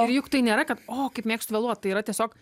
ir juk tai nėra kad o kaip mėgsta vėluot tai yra tiesiog